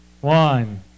One